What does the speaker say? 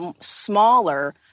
smaller